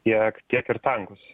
į ak tiek ir tankus